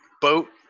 boat